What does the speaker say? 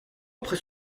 après